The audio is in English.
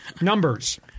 Numbers